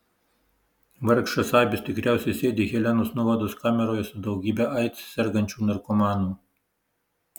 vargšas abis tikriausiai sėdi helenos nuovados kameroje su daugybe aids sergančių narkomanų